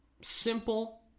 simple